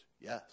yes